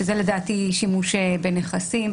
שזה לדעתי שימוש בנכסים,